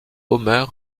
homer